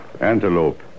Antelope